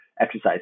exercise